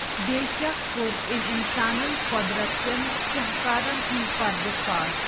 بے شک کوٚر أمۍ اِنسانَن قۄدرَت کٮ۪ن شَہکارَن ہُنٛد پَردٕ فاش